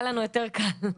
היה לנו יותר קל.